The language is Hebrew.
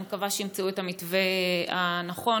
אני מקווה שימצאו את המתווה הנכון,